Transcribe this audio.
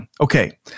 Okay